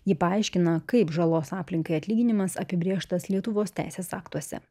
ji paaiškina kaip žalos aplinkai atlyginimas apibrėžtas lietuvos teisės aktuose